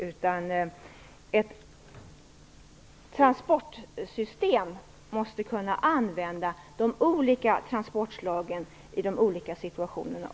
Inom ett transportsystem måste man kunna använda de olika transportslagen i de olika situationerna.